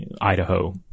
Idaho